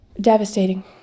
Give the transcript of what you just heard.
devastating